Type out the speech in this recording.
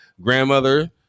grandmother